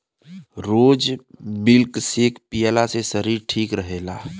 रोज milk shake पियला से शरीर ठीक रहेला